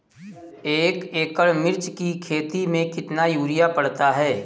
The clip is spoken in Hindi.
एक एकड़ मिर्च की खेती में कितना यूरिया पड़ता है?